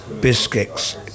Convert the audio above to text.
biscuits